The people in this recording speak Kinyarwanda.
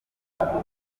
kuzamura